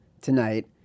tonight